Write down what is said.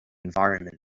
environment